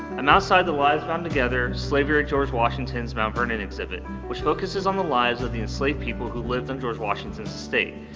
i'm outside the lives bound together slavery at george washington's mount vernon exhibit, which focuses on the lives of the enslaved people who lived on george washington's estate.